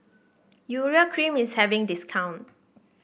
Urea Cream is having discount